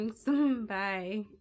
Bye